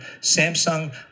Samsung